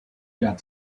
got